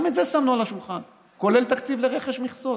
גם את זה שמנו על השולחן, כולל תקציב לרכש מכסות.